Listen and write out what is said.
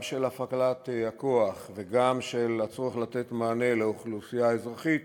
גם של הפעלת הכוח וגם של הצורך לתת מענה לאוכלוסייה האזרחית